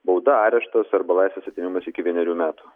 bauda areštas arba laisvės atėmimas iki vienerių metų